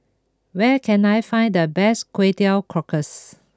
where can I find the best Kway Teow Cockles